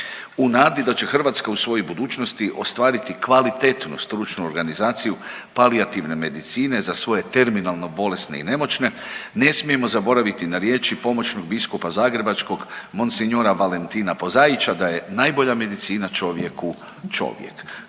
U nadi da će Hrvatska u svojoj budućnosti ostvariti kvalitetnu stručnu organizaciju palijativne medicine za svoje terminalno bolesne i nemoćne ne smijemo zaboraviti na riječi pomoćnog biskupa zagrebačkog mons. Valentina Pozaića da je najbolja medicina čovjeku čovjek.